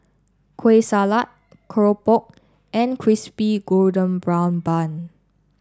kueh Salat Keropok and Crispy Golden Brown Bun